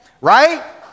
Right